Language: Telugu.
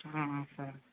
సరే